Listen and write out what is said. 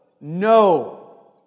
No